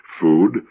food